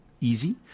easy